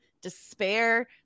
despair